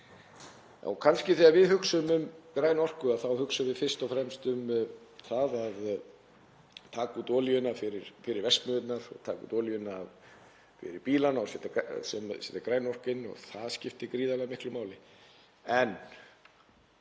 Kannski þegar við hugsum um græna orku þá hugsum við fyrst og fremst um það að taka út olíuna fyrir verksmiðjurnar og taka út olíuna fyrir bílana og setja græna orku inn og það skiptir gríðarlega miklu máli